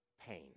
pain